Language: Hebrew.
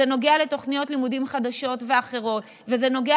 זה נוגע לתוכניות לימודים חדשות ואחרות וזה נוגע